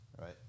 Right